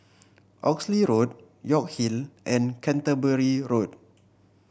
Oxley Road York Hill and Canterbury Road